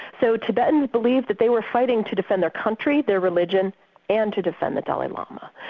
so tibetans believed that they were fighting to defend their country, their religion and to defend the dalai lama,